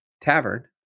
tavern